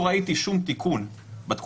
שלא יהיו שם מיטלטלין בשווי של 2,500 ₪,